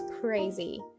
crazy